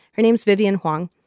her name's vivian huang.